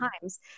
times